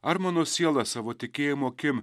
ar mano siela savo tikėjimo akim